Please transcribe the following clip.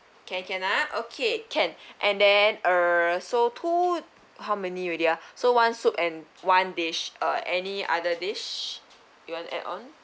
can can ah okay can and then err so two how many already ah so one soup and one dish uh any other dish you want to add on